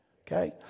Okay